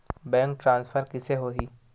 Bank transfer कइसे होही?